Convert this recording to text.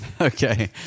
Okay